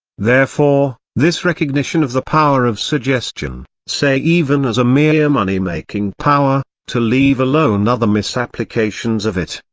therefore, this recognition of the power of suggestion, say even as a mere money-making power, to leave alone other misapplications of it,